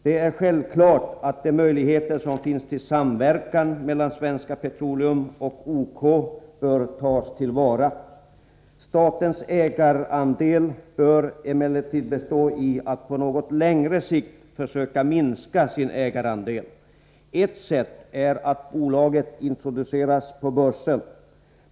Det är självklart att de möjligheter som finns till samverkan mellan Svenska Petroleum och OK bör tas till vara. Statens engagemang bör emellertid bestå i att på något längre sikt försöka minska sin ägarandel. Ett sätt är att bolaget introduceras på börsen.